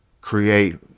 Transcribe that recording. create